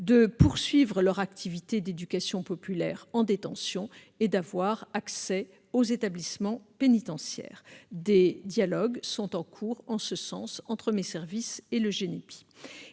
de poursuivre leur activité d'éducation populaire en détention et d'avoir accès aux établissements pénitentiaires. Des dialogues sont en cours en ce sens entre mes services et le GENEPI.